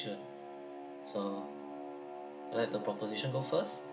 sure so let the proposition go first